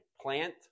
plant